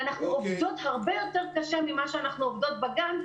ואנחנו עובדות הרבה יותר קשה ממה שאנחנו עובדות בגן,